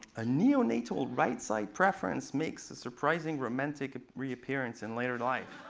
a neonatal right-side preference makes a surprising romantic reappearance in later life.